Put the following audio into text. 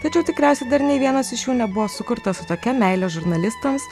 tačiau tikriausiai dar nė vienas iš jų nebuvo sukurtas su tokia meile žurnalistams